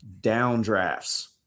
downdrafts